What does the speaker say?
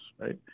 right